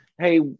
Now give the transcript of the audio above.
Hey